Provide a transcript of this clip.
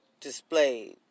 displayed